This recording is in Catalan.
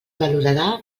valorarà